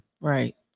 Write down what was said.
Right